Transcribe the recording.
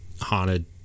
Haunted